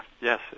yes